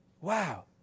Wow